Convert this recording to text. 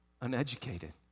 uneducated